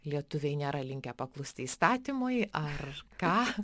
lietuviai nėra linkę paklusti įstatymui ar ką